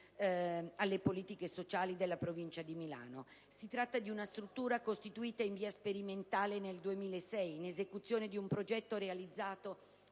alle politiche sociali della Provincia di Milano. Si tratta di una struttura costituita in via sperimentale nel 2006, in esecuzione di un progetto realizzato